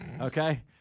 Okay